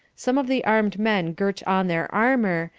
some of the armed men girt on their armor,